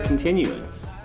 Continuance